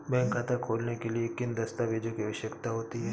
Bank खाता खोलने के लिए किन दस्तावेजों की आवश्यकता होती है?